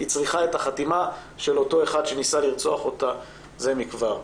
היא צריכה את החתימה של אותו אחד שניסה לרצוח אותה זה מכבר.